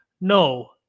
No